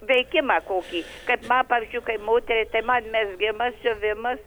veikimą kokį kaip man pavyzdžiui kaip moteriai tai man mezgimas siuvimas